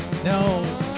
No